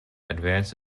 advance